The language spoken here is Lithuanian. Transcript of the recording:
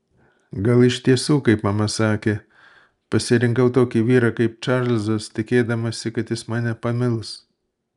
gal iš tiesų kaip mama sakė pasirinkau tokį vyrą kaip čarlzas tikėdamasi kad jis mane pamils